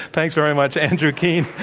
thanks very much. andrew keen.